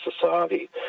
society